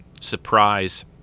surprise